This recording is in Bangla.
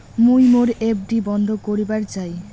মুই মোর এফ.ডি বন্ধ করিবার চাই